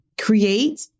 create